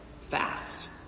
fast